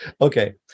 okay